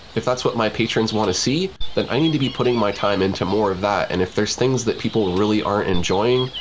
if that's what my patrons want to see, then i need to be putting my time into more of that. and if there's things that people really aren't enjoying,